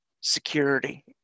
security